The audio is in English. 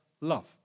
Love